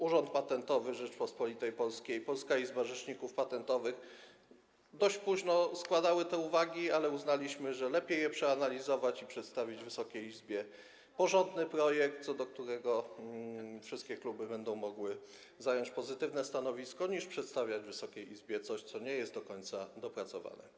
Urząd Patentowy Rzeczypospolitej Polskiej i Polska Izba Rzeczników Patentowych dość późno zgłaszały te uwagi, ale uznaliśmy, że lepiej je przeanalizować i przedstawić Wysokiej Izbie porządny projekt, co do którego wszystkie kluby będą mogły zająć pozytywne stanowisko, niż przedstawić Wysokiej Izbie coś, co jest nie do końca dopracowane.